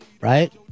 right